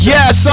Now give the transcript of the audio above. Yes